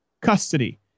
custody